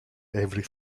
every